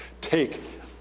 take